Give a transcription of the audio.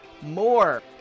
more